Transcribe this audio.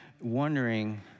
wondering